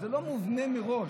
זה לא מובנה מראש.